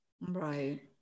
Right